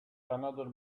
another